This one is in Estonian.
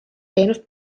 teenust